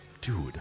Dude